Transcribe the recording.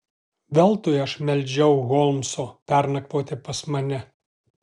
veltui aš meldžiau holmso pernakvoti pas mane